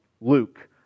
Luke